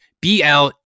B-L